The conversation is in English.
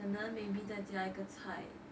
可能 maybe 再加一个菜